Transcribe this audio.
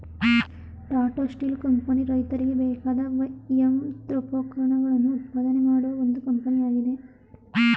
Tata Steel company ರೈತರಿಗೆ ಬೇಕಾದ ಯಂತ್ರೋಪಕರಣಗಳನ್ನು ಉತ್ಪಾದನೆ ಮಾಡುವ ಒಂದು ಕಂಪನಿಯಾಗಿದೆ